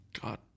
God